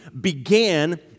began